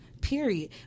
period